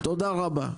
תודה רבה.